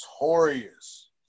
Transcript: notorious